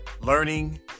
Learning